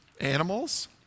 Animals